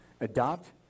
Adopt